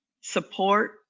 support